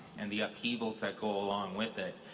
and the upheavals that go along with it.